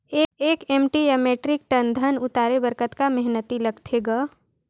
एक एम.टी या metric ton धन उतारे बर कतका मेहनती लगथे ग?